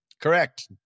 Correct